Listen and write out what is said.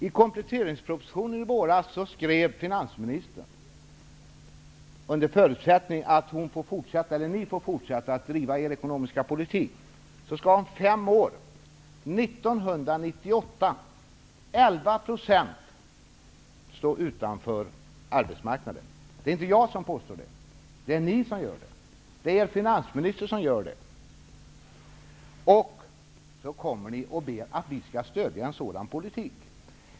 I kompletteringspropositionen i våras skrev finansministern -- under förutsättning att ni får fortsätta att driva er ekonomiska politik -- att om fem år, dvs. år 1998, skall 11 % stå utanför arbetsmarknaden. Det är inte jag som påstår detta, utan det är ni. Det är finansministern som påstår detta, och nu kommer ni och ber om att vi skall stödja en sådan politik.